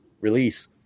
release